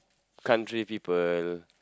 country people